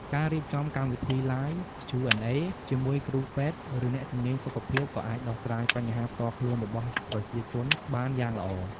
ការរៀបចំកម្មវិធី Live Q&A ជាមួយគ្រូពេទ្យ ឬអ្នកជំនាញសុខភាពក៏អាចដោះស្រាយបញ្ហាផ្ទាល់ខ្លួនរបស់ប្រជាជនបានយ៉ាងល្អ។